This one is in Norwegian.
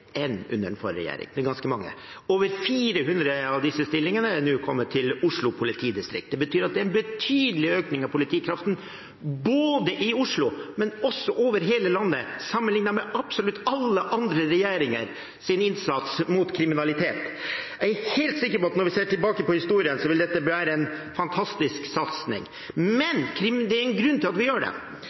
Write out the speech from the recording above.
enn det var under den forrige regjeringen. Det er ganske mange. Over 400 av disse stillingene har kommet til Oslo politidistrikt. Det betyr at det er en betydelig økning av politikraften ikke bare i Oslo, men over hele landet – hvis man sammenlikner med absolutt alle andre regjeringers innsats mot kriminalitet. Jeg er helt sikker på at når vi ser tilbake på historien, vil dette være en fantastisk satsing. Men det er en grunn til at vi gjør det.